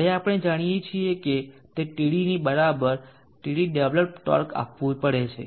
હવે આપણે જાણીએ છીએ કે Td બરાબર Td ડેવેલપડ ટોર્ક આપવું પડે